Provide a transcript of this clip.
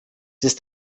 ist